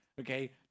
Okay